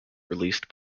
released